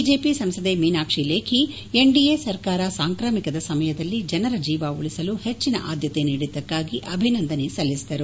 BJP ಸಂಸದೆ Meenakshi Lekhi NDA ಸರ್ಕಾರ ಸಾಂಕ್ರಾಮಿಕದ ಸಮಯದಲ್ಲಿ ಜನರ ಜೀವ ಉಳಿಸಲು ಹೆಚ್ಚಿನ ಆದ್ನತೆ ನೀಡಿದ್ದಕ್ನಾಗಿ ಅಭಿನಂದನೆ ಸಲ್ತಿಸಿದರು